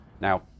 Now